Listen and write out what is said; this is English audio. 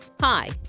Hi